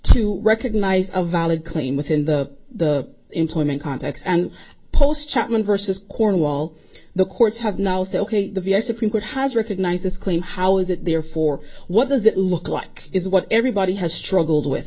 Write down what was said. to recognize a valid claim within the the employment context and post chapman versus cornwall the courts have now said ok the v a supreme court has recognized this claim how is it therefore what does it look like is what everybody has struggled with